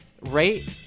Rate